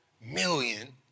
million